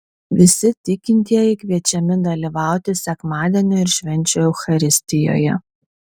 visi tikintieji kviečiami dalyvauti sekmadienio ir švenčių eucharistijoje